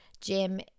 jim